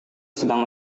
sedang